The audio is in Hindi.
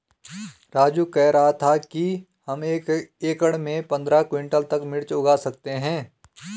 राजू कह रहा था कि हम एक एकड़ में पंद्रह क्विंटल तक मिर्च उगा सकते हैं